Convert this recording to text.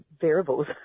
variables